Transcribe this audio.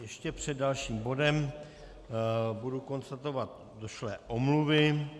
Ještě před dalším bodem budu konstatovat došlé omluvy.